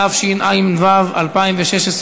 התשע"ו 2016,